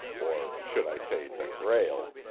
or should i say the grail.